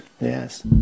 yes